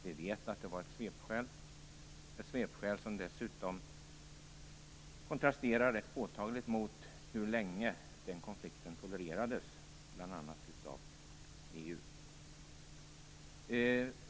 Vi vet att det var ett svepskäl, ett svepskäl som dessutom kontrasterar rätt påtagligt mot hur länge denna konflikt tolererades av bl.a. EU.